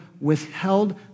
withheld